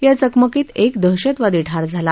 या चकमकीत एक दहशतवादी ठार झाला